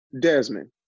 Desmond